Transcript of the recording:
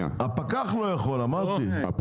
הפקח לא יכול, אמרתי את זה.